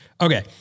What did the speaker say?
Okay